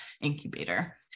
incubator